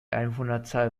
einwohnerzahl